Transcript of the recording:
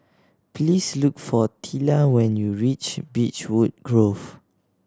please look for Tilla when you reach Beechwood Grove